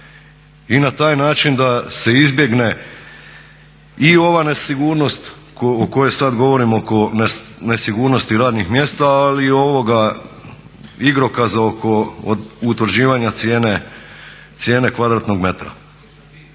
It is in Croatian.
i na taj način da se izbjegne i ova nesigurnost o kojoj sada govorim oko nesigurnosti radnih mjesta, ali i ovoga igrokaza oko utvrđivanja cijene kvadratnog metra.